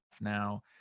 now